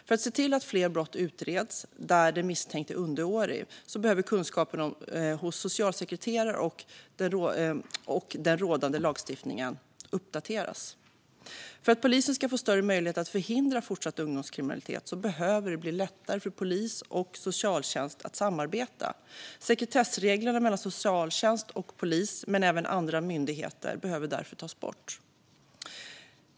För att se till att fler brott där den misstänkte är underårig utreds behöver kunskapen hos socialsekreterare samt den rådande lagstiftningen uppdateras. För att polisen ska få större möjligheter att förhindra fortsatt ungdomskriminalitet behöver det bli lättare för polis och socialtjänst att samarbeta. Sekretessreglerna mellan socialtjänst och polis men även andra myndigheter behöver därför tas bort.